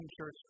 church